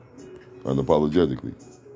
Unapologetically